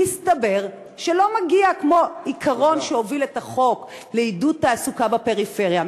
מסתבר שלא מגיע כמו העיקרון שהוביל את החוק לעידוד תעסוקה בפריפריה.